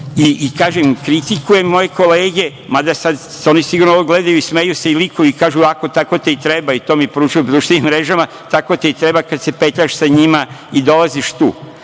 Kažem, kritikujem moje kolege, mada sad se oni sigurno gledaju i smeju se i likuju i kažu - ako tako ti i treba i to mi poručuju na društvenim mrežama, tako ti i treba kada se petljaš sa njima i dolaziš tu.